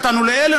נתנו לאלה,